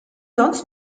sonst